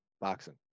boxing